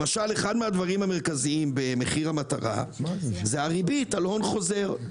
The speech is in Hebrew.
למשל אחד הדברים המרכזיים במחיר המטרה זה הריבית על הון חוזר.